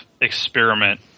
experiment